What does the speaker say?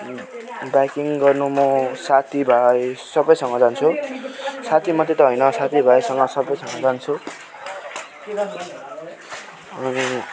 biking गर्नु म साथी भाइ सबसँग जान्छु साथी मात्र त होइन साथी भाइसँग सबसँग जान्छु अनि